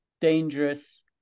dangerous